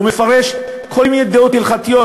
הוא מפרש כל מיני דעות הלכתיות.